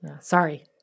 Sorry